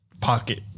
pocket